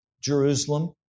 Jerusalem